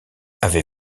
avez